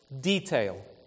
detail